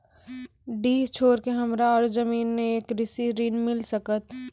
डीह छोर के हमरा और जमीन ने ये कृषि ऋण मिल सकत?